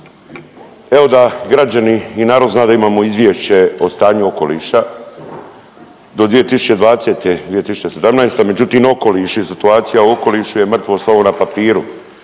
Evo da građani i narod zna da imamo Izvješće o stanju okoliša do 2020., 2017. Međutim okoliš i situacija u okolišu je mrtvo slovo na papiru.